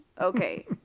Okay